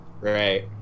Right